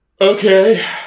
Okay